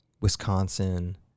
Wisconsin